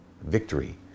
victory